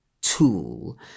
tool